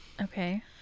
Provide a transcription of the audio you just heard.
Okay